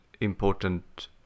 important